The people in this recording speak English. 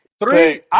Three